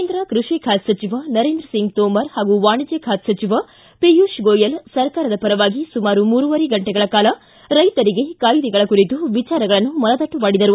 ಕೇಂದ್ರ ಕೃಷಿ ಖಾತೆ ಸಚಿವ ನರೇಂದ್ರ ಸಿಂಗ್ ತೋಮರ್ ಹಾಗೂ ವಾಣಿಜ್ಯ ಖಾತೆ ಸಚಿವ ಪಿಯೂಷ್ ಗೋಯೆಲ್ ಸರ್ಕಾರದ ಪರವಾಗಿ ಸುಮಾರು ಮೂರುವರೆ ಗಂಟೆಗಳ ಕಾಲ ರೈತರಿಗೆ ಕಾಯಿದೆಗಳ ಕುರಿತು ವಿಚಾರಗಳನ್ನು ಮನದಟ್ಟು ಮಾಡಿದರು